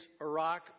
Iraq